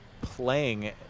playing